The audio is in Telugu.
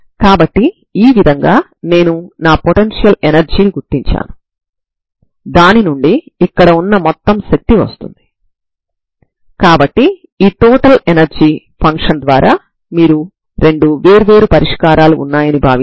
కాబట్టి పరిమిత డొమైన్లో తరంగ సమీకరణాన్ని మీరు ఈ విధంగా పరిష్కరిస్తారు